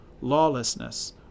Lawlessness